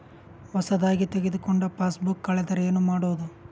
ಹೊಸದಾಗಿ ತೆಗೆದುಕೊಂಡ ಪಾಸ್ಬುಕ್ ಕಳೆದರೆ ಏನು ಮಾಡೋದು?